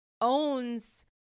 owns